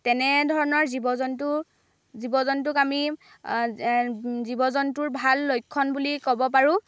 তেনে ধৰণৰ জীৱ জন্তু জীৱ জন্তুক আমি জীৱ জন্তুৰ ভাল লক্ষণ বুলি ক'ব পাৰোঁ